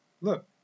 Look